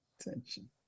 Attention